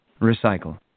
recycle